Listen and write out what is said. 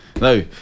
No